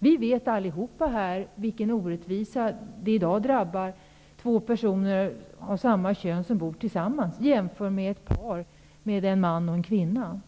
i riksdagen vet vilken orättvisa som i dag drabbar två personer av samma kön som bor tillsammans jämfört med ett par bestående av en man och en kvinna.